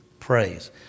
Praise